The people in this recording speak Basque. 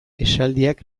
esaldiak